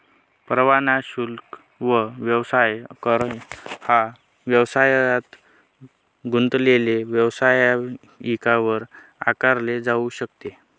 परवाना शुल्क व व्यवसाय कर हा व्यवसायात गुंतलेले व्यावसायिकांवर आकारले जाऊ शकते